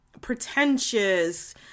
pretentious